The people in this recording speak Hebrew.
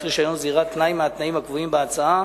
רשיון זירה תנאי מהתנאים הקבועים בהצעה,